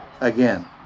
again